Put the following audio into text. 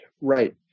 Right